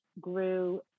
grew